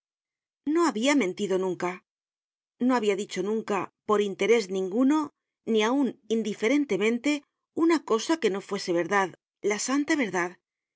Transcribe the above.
no habia mentido nunca no habia dicho nunca por interés ninguno ni aun indiferentemente una cosa que no fuese verdad la santa verdad